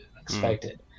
expected